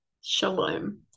Shalom